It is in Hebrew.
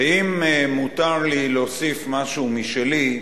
ואם מותר לי להוסיף משהו משלי,